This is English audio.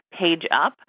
PageUp